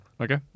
Okay